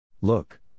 look